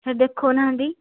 ଦେଖାଉ ନାହାଁନ୍ତି